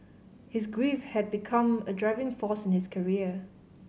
his grief had become a driving force in his career